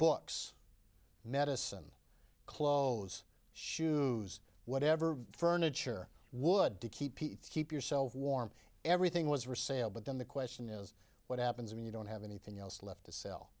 books medicine clothes shoes whatever furniture would to keep keep yourself warm everything was received with then the question is what happens when you don't have anything else left to sell